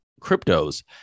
cryptos